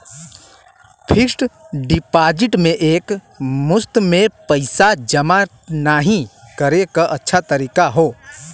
fixed deposit में एक मुश्त में पइसा जमा नाहीं करे क अच्छा तरीका हौ